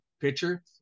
pitcher